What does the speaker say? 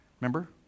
Remember